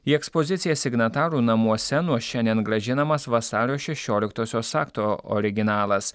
į ekspoziciją signatarų namuose nuo šiandien grąžinamas vasario šešioliktosios akto originalas